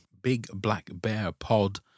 bigblackbearpod